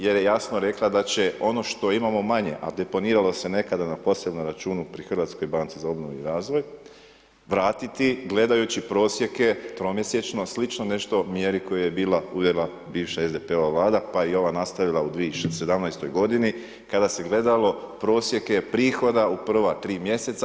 Jer je jasno rekla da će ono što imamo manje, a deponiralo se nekada na posebnom računu pri Hrvatskoj banci za obnovu i razvoj vratiti gledajući prosjeke tromjesečno, slično nešto mjeri koja je bila uvela bivša SDP-ova Vlada pa i ova nastavila u 2017. godini kada se gledalo prosjeke prihoda u prva tri mjeseca.